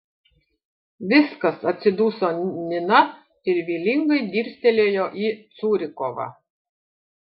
viskas atsiduso nina ir vylingai dirstelėjo į curikovą